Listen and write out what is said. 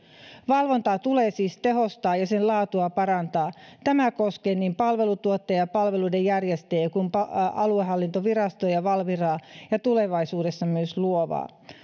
valvontaa tulee siis tehostaa ja sen laatua parantaa tämä koskee niin palveluntuottajia palveluiden järjestäjiä kuin aluehallintovirastoja ja valviraa ja tulevaisuudessa myös luovaa